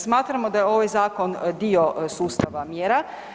Smatramo da je ovaj zakon dio sustava mjera.